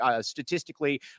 statistically